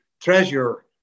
treasure